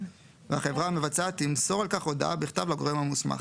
והחברה המבצעת תמסור על כך הודעה בכתב לגורם המוסמך,